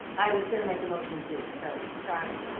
i was gonna make a motion too. so charlene